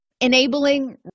enabling